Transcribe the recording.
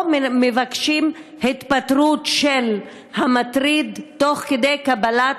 או מבקשים התפטרות של המטריד תוך כדי קבלת